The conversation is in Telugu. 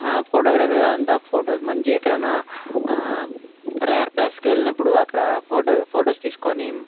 ఫోటోగ్రఫీ అంతా ఫొటోస్ మంచిగా ఎక్కడైనా రేర్ ప్లేస్కి వెళ్ళినప్పుడు అక్కడ ఫోటో ఫొటోస్ తీసుకొని